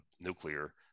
nuclear